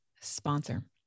sponsor